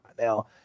now